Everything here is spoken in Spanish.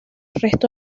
resto